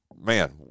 Man